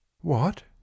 What